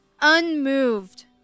unmoved